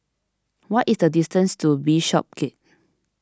what is the distance to Bishopsgate